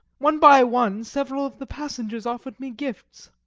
one by one several of the passengers offered me gifts,